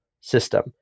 system